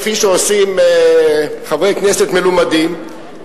כפי שעושים חברי כנסת מלומדים,